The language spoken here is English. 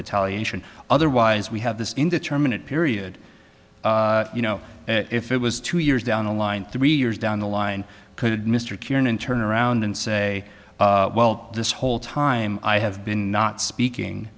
retaliation otherwise we have this indeterminate period you know if it was two years down the line three years down the line could mr kiernan turn around and say well this whole time i have been not speaking